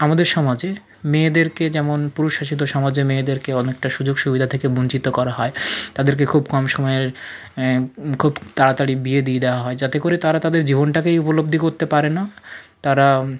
আমাদের সমাজে মেয়েদেরকে যেমন পুরুষ শাসিত সমাজে মেয়েদেরকে অনেকটা সুযোগ সুবিধা থেকে বঞ্চিত করা হয় তাদেরকে খুব কম সময়ের খুব তাড়াতাড়ি বিয়ে দিয়ে দেওয়া হয় যাতে করে তারা তাদের জীবনটাকেই উপলব্ধি করতে পারে না তারা